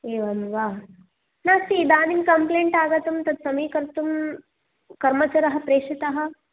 एवं वा नास्ति इदानीं कम्प्लेण्ट् आगतं तत्समीकर्तुं कर्मचरः प्रेषितः